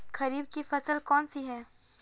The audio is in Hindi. खरीफ की फसल कौन सी है?